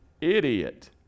Idiot